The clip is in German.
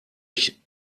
ich